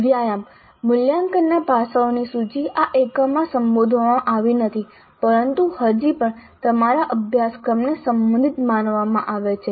વ્યાયામ મૂલ્યાંકનના પાસાઓની સૂચિ આ એકમમાં સંબોધવામાં આવી નથી પરંતુ હજી પણ તમારા અભ્યાસક્રમને સંબંધિત માનવામાં આવે છે